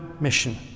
mission